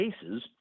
cases